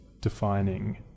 defining